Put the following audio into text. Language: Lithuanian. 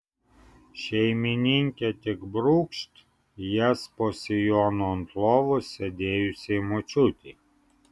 šeimininkė tik brūkšt jas po sijonu ant lovos sėdėjusiai močiutei